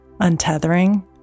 untethering